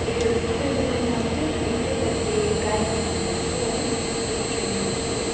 ए तपाईँको बारेमा पुरा सुनेको थिएँ तपाईँले गाइड गर्नु हुँदोरहेछ है टोय ट्रेनमा घुमेको